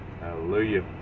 hallelujah